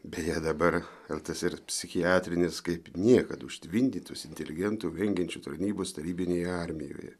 beje dabar tas ir psichiatrinis kaip niekad užtvindytas inteligentų vengiančių tarnybos tarybinėje armijoje